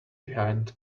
behind